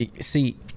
See